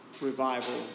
revival